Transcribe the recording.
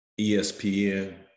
ESPN